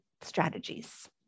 strategies